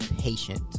patient